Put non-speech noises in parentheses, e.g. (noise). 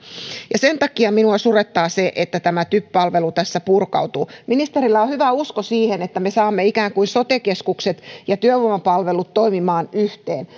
sen takia minua surettaa se että tämä typ palvelu tässä purkautuu ministerillä on hyvä usko siihen että me saamme ikään kuin sote keskukset ja työvoimapalvelut toimimaan yhteen (unintelligible)